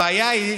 הבעיה היא,